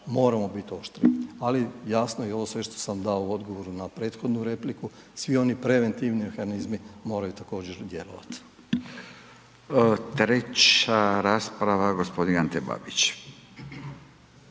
moramo biti oštriji. Ali jasno je i ovo sve što sam dao u odgovoru na prethodnu repliku, svi oni preventivni mehanizmi moraju također djelovati. **Radin, Furio